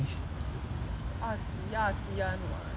亚丝安 [what]